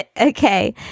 Okay